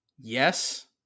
yes